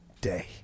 day